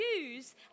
use